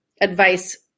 advice